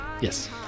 Yes